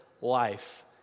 life